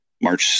March